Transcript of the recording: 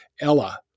Ella